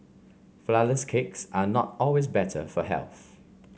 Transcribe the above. flourless cakes are not always better for health